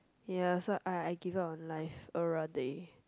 ya so I I give up on life already